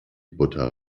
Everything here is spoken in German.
butter